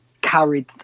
carried